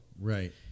Right